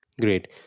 Great